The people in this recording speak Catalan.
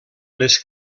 les